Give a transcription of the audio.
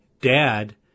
dad